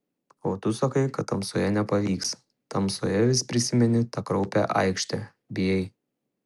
o tu sakai kad tamsoje nepavyks tamsoje vis prisimeni tą kraupią aikštę bijai